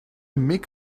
mick